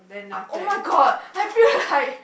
oh my god I feel like